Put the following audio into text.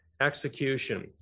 execution